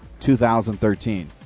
2013